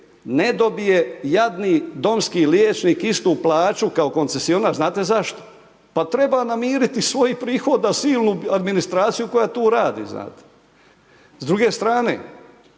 ne dobije jadni domski liječnik istu plaću kao koncesionar znate zašto? Pa treba namiriti svoj prihod da silnu administraciju koja tu radi znate. S druge strane